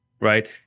right